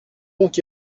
donc